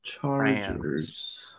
Chargers